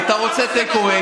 אז אתה רוצה take away,